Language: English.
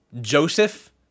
joseph